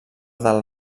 del